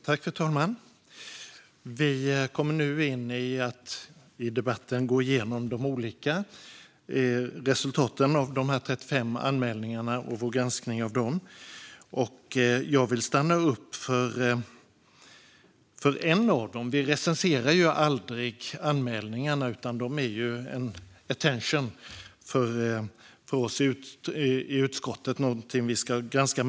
Fru talman! Vi kommer nu i debatten att gå igenom de olika resultaten av de 35 anmälningarna och vår granskning av dem. Jag vill beröra en av dem. Vi recenserar aldrig anmälningarna, utan de är en "attention" för oss i utskottet att det är någonting som vi ska granska.